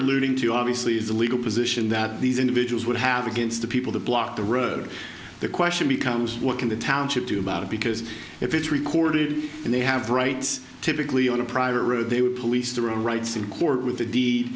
alluding to obviously the legal position that these individuals would have against the people to block the road the question becomes what can the township do about it because if it's recorded and they have rights typically on a private road they would police their own rights in court with the d